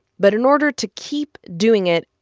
but in order to keep doing it,